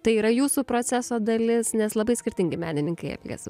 tai yra jūsų proceso dalis nes labai skirtingai menininkai elgiasi